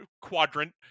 quadrant